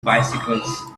bicycles